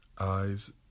eyes